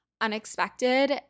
unexpected